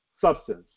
substance